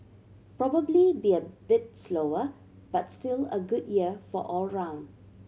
probably be a bit slower but still a good year all around